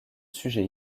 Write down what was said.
sujet